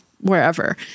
wherever